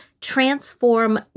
transform